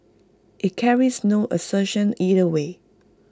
IT carries no assertion either way